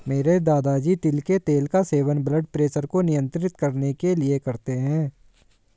मेरे दादाजी तिल के तेल का सेवन ब्लड प्रेशर को नियंत्रित करने के लिए करते हैं